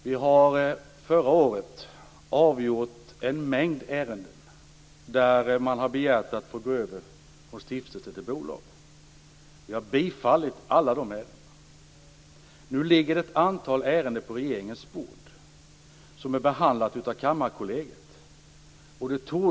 Fru talman! Vi har förra året avgjort en mängd ärenden där man hade begärt att få gå över från stiftelse till bolag. Vi har bifallit i alla de ärendena. Nu ligger ett antal ärenden på regeringens bord som är behandlade av Kammarkollegiet.